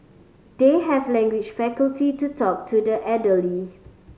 they have language faculty to talk to the elderly